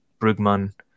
brugman